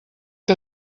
que